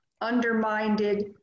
undermined